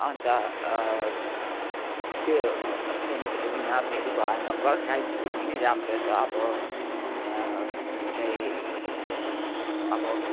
अन्त त्यो saint Philomena फेरि भएन गर्ल्स हाई स्कुल पनि राम्रो छ अब जुन चाहिँ अब